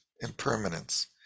impermanence